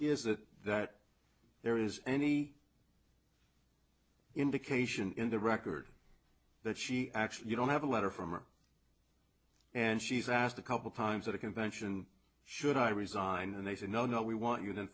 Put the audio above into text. is that that there is any indication in the record that she actually you don't have a letter from her and she's asked a couple times at a convention should i resign and they said no no we want you to and